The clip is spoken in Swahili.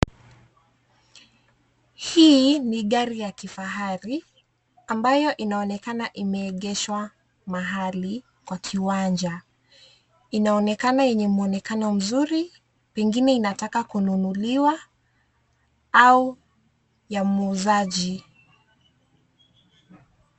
Hii ni gari ya kifahari ambayo inaonekana imeegeshwa mahali kwa kiwanja. Inaonekana yenye mwonekano mzuri ingine inataka kununuliwa au ya muuzaji.